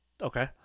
Okay